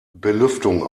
belüftung